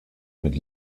mit